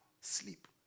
sleep